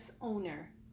owner